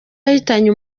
yahitanye